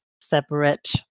separate